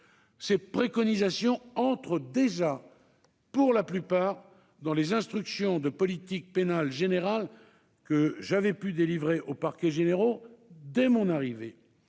Ces préconisations entrent déjà, pour la plupart d'entre elles, dans les instructions de politique pénale générale que j'avais délivré aux parquets généraux dès mon arrivée